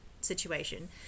situation